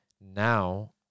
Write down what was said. now